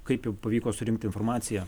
kaip jum pavyko surinkti informaciją